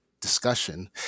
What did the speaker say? discussion